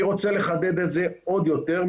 אני רוצה לחדד את זה עוד יותר,